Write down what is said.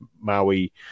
maui